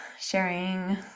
sharing